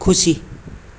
खुसी